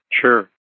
Sure